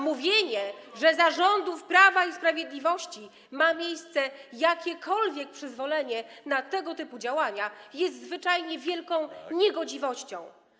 Mówienie, że za rządów Prawa i Sprawiedliwości jest jakiekolwiek przyzwolenie na tego typu działania, to zwyczajnie wielka niegodziwość.